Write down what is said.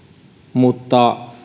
mutta